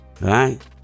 right